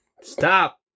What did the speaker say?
Stop